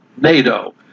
NATO